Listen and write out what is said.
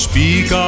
Speak